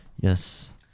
Yes